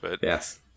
Yes